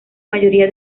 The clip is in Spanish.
mayoría